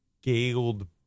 scaled